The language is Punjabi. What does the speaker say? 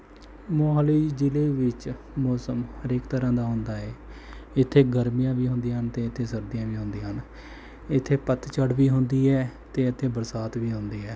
ਮੋਹਾਲੀ ਜ਼ਿਲ੍ਹੇ ਵਿੱਚ ਮੌਸਮ ਹਰੇਕ ਤਰ੍ਹਾਂ ਦਾ ਆਉਂਦਾ ਹੈ ਇੱਥੇ ਗਰਮੀਆਂ ਵੀ ਹੁੰਦੀਆਂ ਹਨ ਅਤੇ ਇੱਥੇ ਸਰਦੀਆਂ ਵੀ ਹੁੰਦੀਆਂ ਹਨ ਇੱਥੇ ਪਤਝੜ ਵੀ ਹੁੰਦੀ ਹੈ ਅਤੇ ਇੱਥੇ ਬਰਸਾਤ ਵੀ ਹੁੰਦੀ ਹੈ